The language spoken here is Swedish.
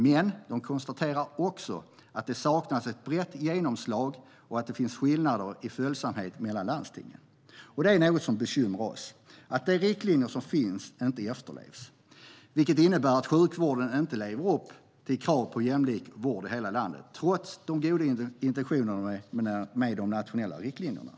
Men de konstaterar också att det saknas brett genomslag och att det finns skillnader i följsamhet mellan landstingen. Något som bekymrar oss är att de riktlinjer som finns inte efterlevs, vilket innebär att sjukvården inte lever upp till kravet på jämlik vård i hela landet, trots de goda intentionerna med de nationella riktlinjerna.